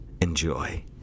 Enjoy